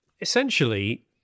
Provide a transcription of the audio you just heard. essentially